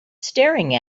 staring